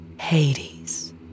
Hades